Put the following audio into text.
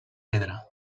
pedra